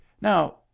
Now